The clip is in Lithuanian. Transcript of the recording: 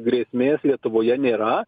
grėsmės lietuvoje nėra